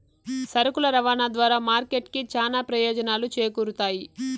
సరుకుల రవాణా ద్వారా మార్కెట్ కి చానా ప్రయోజనాలు చేకూరుతాయి